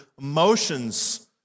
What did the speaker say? emotions